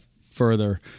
further